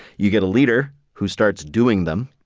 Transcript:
you get a leader who starts doing them,